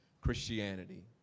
Christianity